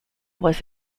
was